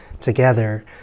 together